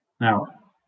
Now